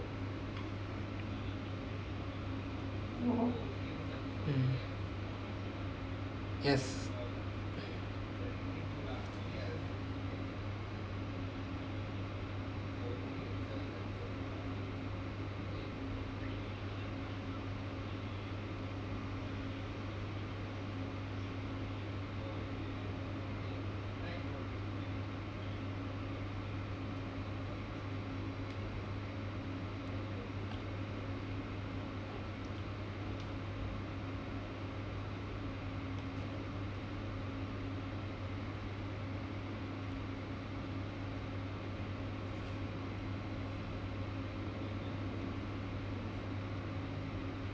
mm yes